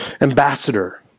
Ambassador